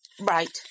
Right